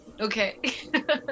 Okay